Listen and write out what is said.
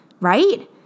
right